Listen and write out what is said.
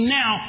now